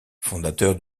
fondateur